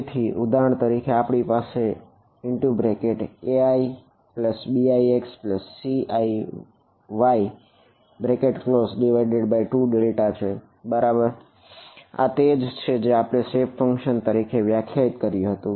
તેથી ઉદાહરણ તરીકે આપણી પાસે aibixciy2 છે બરાબર આ તે છે જેને આપણે શેપ ફંક્શન તરીકે વ્યાખ્યાયિત કર્યું હતું